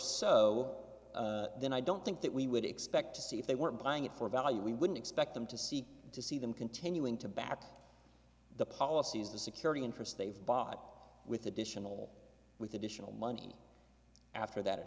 so then i don't think that we would expect to see if they weren't buying it for value we wouldn't expect them to see to see them continuing to back the policies the security interest they've bought with additional with additional money after that